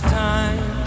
time